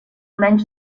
menys